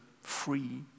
free